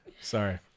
Sorry